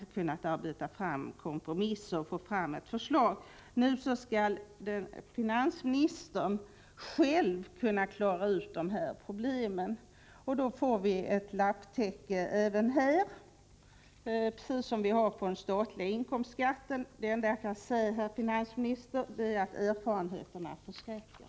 Då skulle man kunna uppnå kompromisser och utarbeta ett förslag. Nu tänker finansministern i stället själv klara ut de här problemen, och då kommer vi att få ett lapptäcke även på detta område precis som vi har beträffande den statliga inkomstbeskattningen. Det enda jag kan säga, herr finansminister, är att erfarenheterna förskräcker.